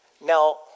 Now